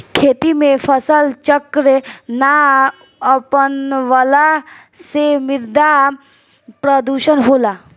खेती में फसल चक्र ना अपनवला से मृदा प्रदुषण होला